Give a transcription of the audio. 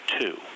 two